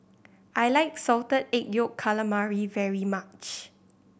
I like Salted Egg Yolk Calamari very much